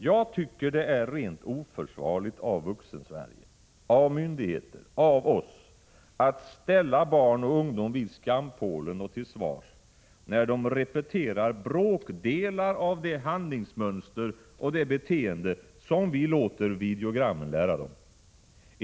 Jag tycker att det är rent oförsvarligt av vuxen-Sverige, av myndigheter, av oss, att ställa barn och ungdom vid skampålen och till svars, när de repeterar bråkdelar av de handlingsmönster och det beteende som vi låter videogrammen lära dem.